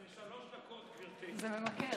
זה שלוש דקות, גברתי.